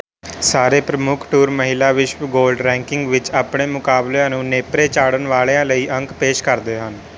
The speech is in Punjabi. ਸਾਰੇ ਪ੍ਰਮੁੱਖ ਟੂਰ ਮਹਿਲਾ ਵਿਸ਼ਵ ਗੋਲਡ ਰੈਂਕਿੰਗ ਵਿੱਚ ਆਪਣੇ ਮੁਕਾਬਲਿਆਂ ਨੂੰ ਨੇਪਰੇ ਚਾੜ੍ਹਣ ਵਾਲਿਆਂ ਲਈ ਅੰਕ ਪੇਸ਼ ਕਰਦੇ ਹਨ